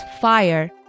fire